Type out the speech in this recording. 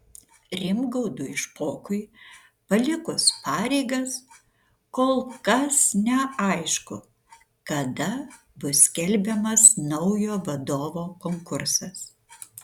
rimgaudui špokui palikus pareigas kol kas neaišku kada bus skelbiamas naujo vadovo konkursas